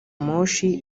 moshi